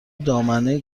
دامنه